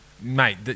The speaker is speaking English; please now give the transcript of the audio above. mate